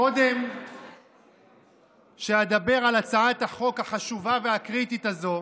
קודם שאדבר על הצעת החוק החשובה והקריטית הזו